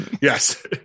yes